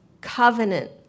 covenant